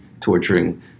torturing